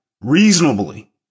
reasonably